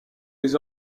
les